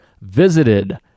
visited